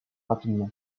rapidement